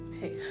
hey